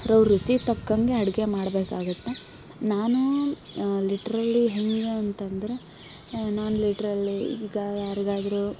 ಅವ್ರವ್ರ ರುಚಿಗೆ ತಕ್ಕಂತೆ ಅಡುಗೆ ಮಾಡಬೇಕಾಗುತ್ತೆ ನಾನು ಲಿಟ್ರಲಿ ಹೇಗೆ ಅಂತ ಅಂದ್ರೆ ನಾನು ಲಿಟ್ರಲಿ ಈಗ ಯಾರಿಗಾದರೂ